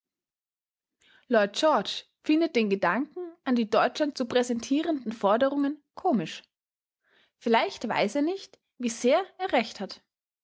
lloyd george findet den gedanken an die deutschland zu präsentierenden forderungen komisch vielleicht weiß er nicht wie sehr er recht hat